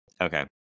Okay